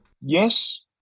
Yes